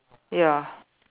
ya